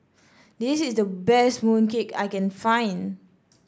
this is the best mooncake I can find